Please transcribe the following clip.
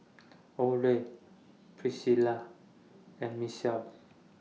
Oley Priscilla and Michell